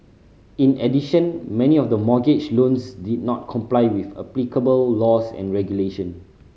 in addition many of the mortgage loans did not comply with applicable laws and regulation